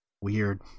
Weird